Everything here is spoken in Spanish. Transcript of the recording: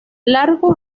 largo